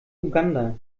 uganda